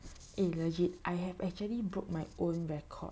eh legit I have actually broke my own record